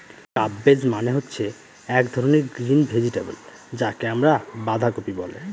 cabbage মানে হচ্ছে এক ধরনের গ্রিন ভেজিটেবল যাকে আমরা বাঁধাকপি বলে